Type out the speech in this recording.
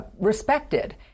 respected